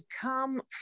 come